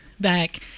back